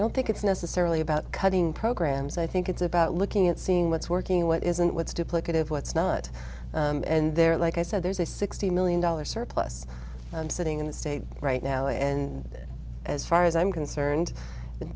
i don't think it's necessarily about cutting programs i think it's about looking at seeing what's working what isn't what's duplicative what's not and they're like i said there's a sixty million dollars surplus sitting in the state right now and as far as i'm concerned the